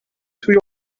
توی